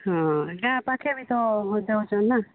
ହଁ ଗାଁ ପାଖେ ବି ତ ଦେଉଛନ୍ ନା